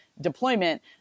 deployment